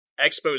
Expo's